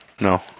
No